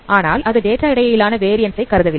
ஆனால் அது டேட்டா இடையிலான வேரியண்ஸ் கருதவில்லை